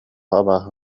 абааһы